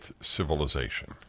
civilization